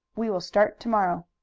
we will start to-morrow.